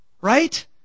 right